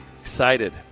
Excited